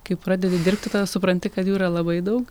kai pradedi dirbti tada supranti kad jų yra labai daug